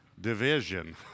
Division